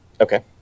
Okay